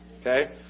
Okay